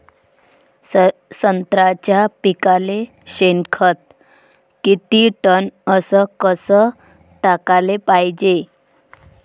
संत्र्याच्या पिकाले शेनखत किती टन अस कस टाकाले पायजे?